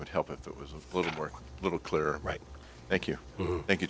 would help if it was a little more a little clear right thank you thank you